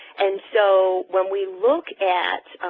and so when we look at